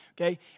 okay